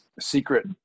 secret